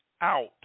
out